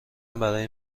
برای